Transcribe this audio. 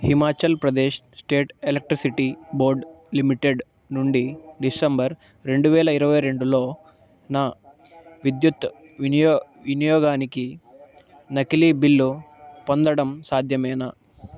Himachal Pradesh state electricity board limited నుండి December రెండు వేల ఇరవై రెండులో నా విద్యుత్ వినియోగానికి నకిలీ బిల్లు పొందడం సాధ్యమేనా